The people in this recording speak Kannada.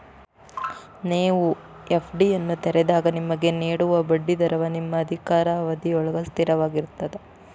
ನೇವು ಎ.ಫ್ಡಿಯನ್ನು ತೆರೆದಾಗ ನಿಮಗೆ ನೇಡುವ ಬಡ್ಡಿ ದರವ ನಿಮ್ಮ ಅಧಿಕಾರಾವಧಿಯೊಳ್ಗ ಸ್ಥಿರವಾಗಿರ್ತದ